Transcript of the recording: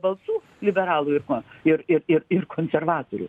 balsų liberalų ir ko ir ir ir ir konservatorių